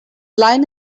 line